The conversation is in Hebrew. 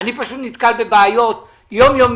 אני פשוט נתקל בבעיות יום-יומיות,